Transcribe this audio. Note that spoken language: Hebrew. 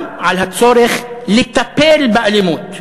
גם על הצורך לטפל באלימות.